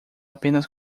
apenas